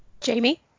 Jamie